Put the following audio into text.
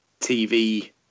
tv